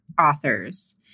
authors